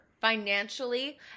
financially